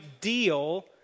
deal